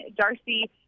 Darcy